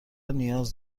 نیاز